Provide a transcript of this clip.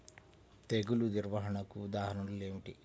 తెగులు నిర్వహణకు ఉదాహరణలు ఏమిటి?